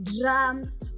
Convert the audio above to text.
drums